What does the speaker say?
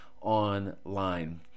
online